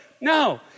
No